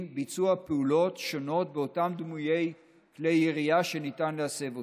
ביצוע פעולות שונות באותם דמויי כלי ירייה שניתן להסב אותם.